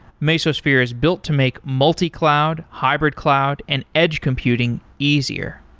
mesosphere is built to make multi-cloud, hybrid cloud and edge computing easier.